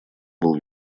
был